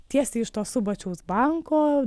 tiesiai iš to subačiaus banko